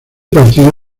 partido